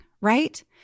right